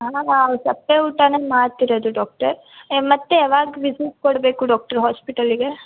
ಹಾಂ ಹಾಂ ಸಪ್ಪೆ ಊಟನೇ ಮಾಡ್ತಿರೋದು ಡಾಕ್ಟರ್ ಮತ್ತೆ ಯಾವಾಗ ವಿಸಿಟ್ ಕೊಡಬೇಕು ಡಾಕ್ಟರ್ ಹಾಸ್ಪಿಟಲ್ಲಿಗೆ